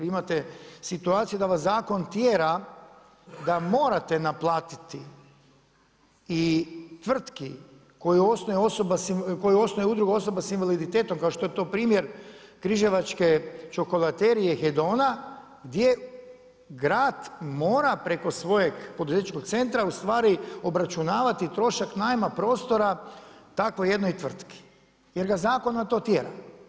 Imate situaciju da vas zakon tjera da morate naplatiti i tvrtki koju osnuje udruga osoba s invaliditetom kao što je to primjer križevačke čokolaterije Hedona, gdje grad mora preko svojeg poduzetničkog centra ustvari obračunavati trošak najma prostora tako jednoj tvrtki jer ga zakon na to tjera.